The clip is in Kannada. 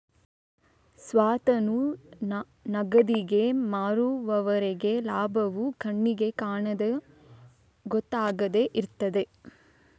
ಸ್ವತ್ತನ್ನು ನಗದಿಗೆ ಮಾರುವವರೆಗೆ ಲಾಭವು ಕಣ್ಣಿಗೆ ಕಾಣದೆ ಗೊತ್ತಾಗದೆ ಇರ್ತದೆ